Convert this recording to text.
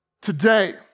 Today